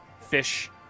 fish